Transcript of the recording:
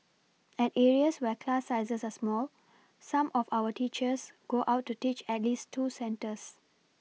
at areas where class sizes are small some of our teachers go out to teach at least two centres